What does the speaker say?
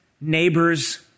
neighbors